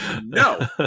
no